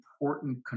important